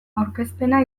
aurkezpena